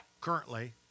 currently